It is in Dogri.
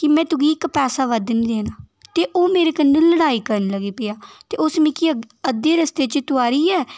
कि में तुगी इक्क पैसा निं बद्ध निं देना ते ओह् मेरे कन्नै लड़ाई करन लगी पेआ ते उस मिगी अद्धे रस्ते च तुआरियै